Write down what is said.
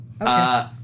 Okay